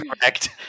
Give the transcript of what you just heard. correct